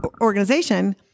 organization